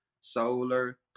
solar